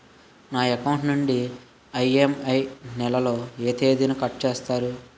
నా అకౌంట్ నుండి ఇ.ఎం.ఐ నెల లో ఏ తేదీన కట్ చేస్తారు?